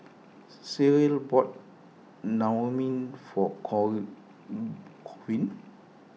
Cyril bought Naengmyeon for core queen